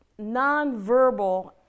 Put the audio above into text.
nonverbal